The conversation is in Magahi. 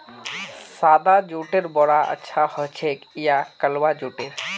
सादा जुटेर बोरा अच्छा ह छेक या कलवा जुटेर